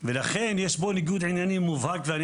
לכן יש פה ניגוד עניינים מובהק ואני